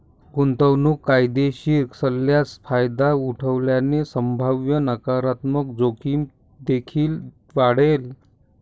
गुंतवणूक फायदेशीर नसल्यास फायदा उठवल्याने संभाव्य नकारात्मक जोखीम देखील वाढेल